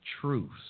Truths